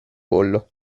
pollo